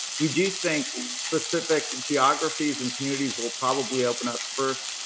we do think specific geographies and communities will probably open up first,